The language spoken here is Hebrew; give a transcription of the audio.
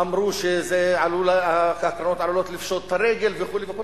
אמרו שהקרנות עלולות לפשוט את הרגל וכו' וכו',